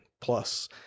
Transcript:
plus